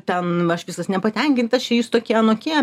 ten aš visas nepatenkintas čia jūs tokie anokie